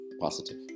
positive